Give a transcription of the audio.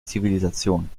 zivilisation